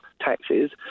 taxes